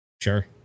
Sure